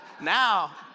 now